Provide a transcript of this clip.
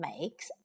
makes